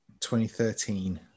2013